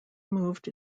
moved